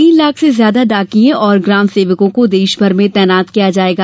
तीन लाख से ज्यादा डाकिये और ग्राम सेवकों को देशभर में तैनात किया जाएगा